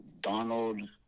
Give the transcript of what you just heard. Donald